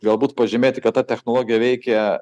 galbūt pažymėti kad ta technologija veikia